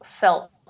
felt